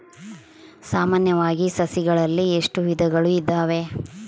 ಸಾಮಾನ್ಯವಾಗಿ ಸಸಿಗಳಲ್ಲಿ ಎಷ್ಟು ವಿಧಗಳು ಇದಾವೆ?